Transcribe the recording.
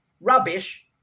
rubbish